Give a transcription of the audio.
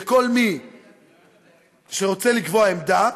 שכל מי שרוצה לקבוע עמדה,